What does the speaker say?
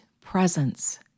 presence